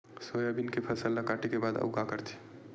Soybean के फसल ल काटे के बाद आऊ का करथे?